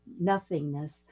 nothingness